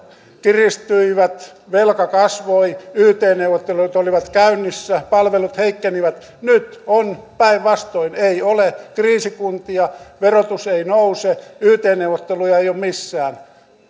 kiristyivät velka kasvoi yt neuvottelut olivat käynnissä palvelut heikkenivät nyt on päinvastoin ei ole kriisikuntia verotus ei nouse yt neuvotteluja ei ole missään